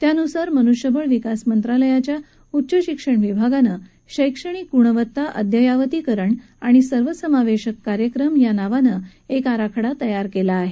त्यानुसार मनुष्यबळ विकास मंत्रालयाच्या उच्च शिक्षण विभागानं शैक्षणिक गुणवत्ता अद्ययावतीकरण आणि सर्वसमावेशक कार्यक्रम या नावानं आराखडा तयार केला आहे